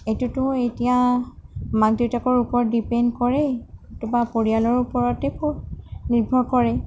এইটোতো এতিয়া মাক দেউতাকৰ ওপৰত ডিপেণ্ড কৰে নতুবা পৰিয়ালৰ ওপৰতে নিৰ্ভৰ কৰে